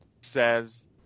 says